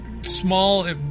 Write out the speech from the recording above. small